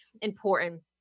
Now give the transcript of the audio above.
important